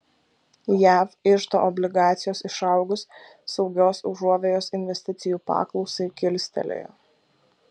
jav iždo obligacijos išaugus saugios užuovėjos investicijų paklausai kilstelėjo